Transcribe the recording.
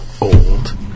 Old